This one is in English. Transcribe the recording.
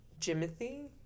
Jimothy